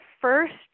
first